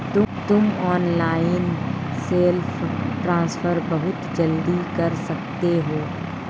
तुम online self transfer बहुत जल्दी कर सकते हो